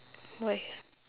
why